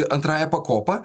antrąja pakopa